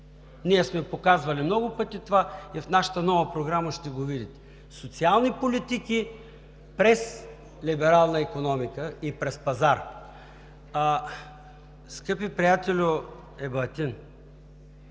Ние сме показвали много пъти това и в нашата нова програма ще го видите – социални политики през либерална икономика и през пазар. Скъпи приятелю Ебатин,